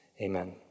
Amen